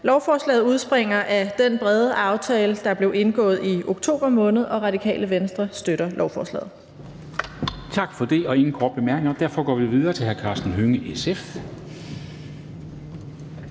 Lovforslaget udspringer af den brede aftale, der blev indgået i oktober måned, og Radikale Venstre støtter lovforslaget.